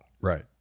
Right